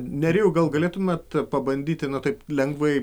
nerijau gal galėtumėt pabandyti taip lengvai